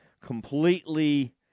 completely